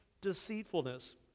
deceitfulness